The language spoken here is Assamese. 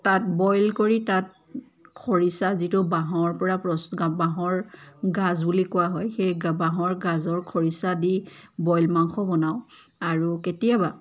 তাত বইল কৰি তাত খৰিচা যিটো বাঁহৰ পৰা বাঁহৰ গাজ বুলি কোৱা হয় সেই বাঁহৰ গাজৰ খৰিচা দি বইল মাংস বনাওঁ আৰু কেতিয়াবা